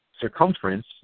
circumference